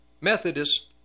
Methodist